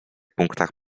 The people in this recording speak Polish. punktach